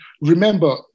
remember